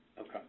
Okay